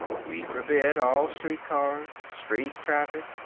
we forbid all street cars, street traffic,